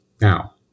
now